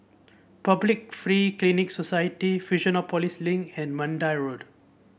Public Free Clinic Society Fusionopolis Link and Mandai Road